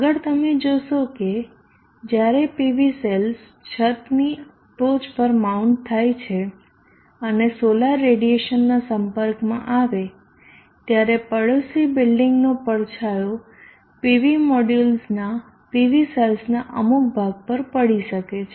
આગળ તમે જોશો કે જ્યારે PV સેલ્સ છતની ટોચ પર માઉન્ટ થાય છે અને સોલાર રેડીએશનના સંપર્કમાં આવે ત્યારે પડોશી બિલ્ડીંગનો પડછાયો PV મોડ્યુલસનાં PV સેલ્સના અમુક ભાગ પર પડી શકે છે